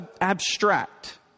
abstract